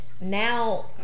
Now